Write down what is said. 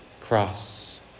cross